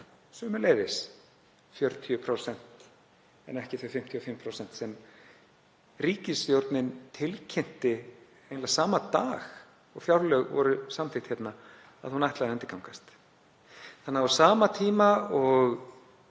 sömuleiðis 40% en ekki þau 55% sem ríkisstjórnin tilkynnti eiginlega sama dag og fjárlög voru samþykkt að hún ætlaði að undirgangast. Þannig að á sama tíma og